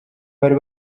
bari